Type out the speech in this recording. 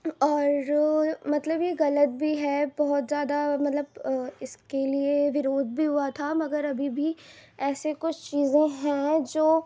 اور مطلب یہ غلط بھی ہے بہت زیادہ مطلب اس کے لیے ورودھ بھی ہوا تھا مگر ابھی بھی ایسے کچھ چیزیں ہیں جو